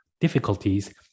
difficulties